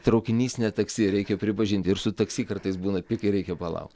traukinys ne taksi reikia pripažinti ir su taksi kartais būna kai reikia palaukt